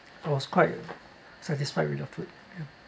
I was quite satisfied with the food ya